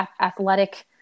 athletic